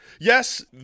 Yes